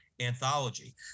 anthology